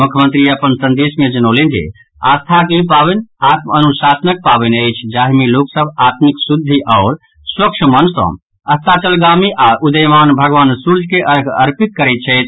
मुख्यमंत्री अपन संदेश मे जनौलनि जे आस्थाक ई पावनि आत्मानुशासनक पावनि अछि जाहि मे लोक सभ आत्मिक शुद्धि आओर स्वच्छ मन सँ अस्ताचलगामी आओर उदीयमान भगवान सूर्य के अर्घ्य अर्पित करैत छथि